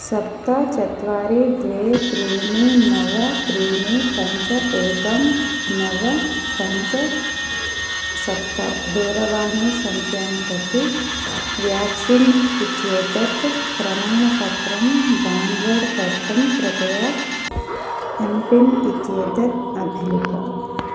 सप्त चत्वारि द्वे त्रीणि नव त्रीणि पञ्च एकं नव पञ्च सप्त दूरवाणीसङ्ख्यां प्रति व्याक्सीन् इत्येतत् प्रमाणपत्रं डौन्लोड् कर्तुं कृपया एम् पिन् इत्येतत् अभिलिख